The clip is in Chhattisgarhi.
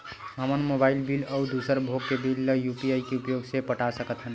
हमन मोबाइल बिल अउ दूसर भोग के बिल ला यू.पी.आई के उपयोग से पटा सकथन